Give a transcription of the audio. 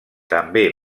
també